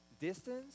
distance